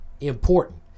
important